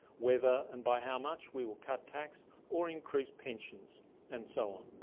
whether and by how much we will cut taxes or increase pensions and so on.